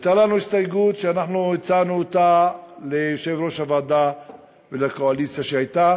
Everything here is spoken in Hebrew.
הייתה לנו הסתייגות שאנחנו הצענו ליושב-ראש הוועדה ולקואליציה שהייתה